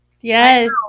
Yes